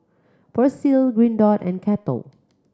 Persil Green Dot and Kettle